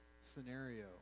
scenario